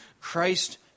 Christ